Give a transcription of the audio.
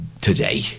today